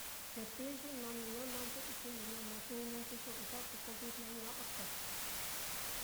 Cepiyu naá niño nandɨꞌɨnchi niño najininchi yu'uncha'a, te ko vijna ña'a ka.